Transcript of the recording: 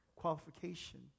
qualification